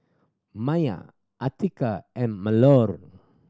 Maya Atiqah and Melur